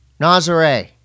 Nazare